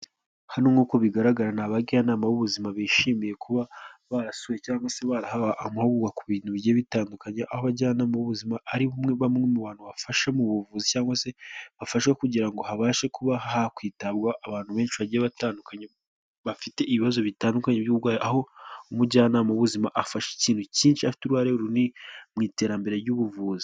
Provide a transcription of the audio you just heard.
Hano nkuko uko bigar agara ni abajyanama